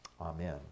Amen